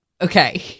okay